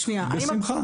בשמחה.